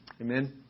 Amen